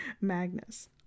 Magnus